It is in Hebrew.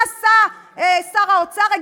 מה עשה שר האוצר?